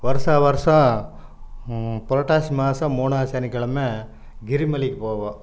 வருடா வருடம் புரட்டாசி மாதம் மூணாவது சனிக்கிழமை கிரி மலைக்கு போவோம்